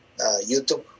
YouTube